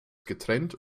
getrennt